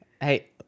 Hey